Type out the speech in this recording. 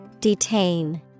detain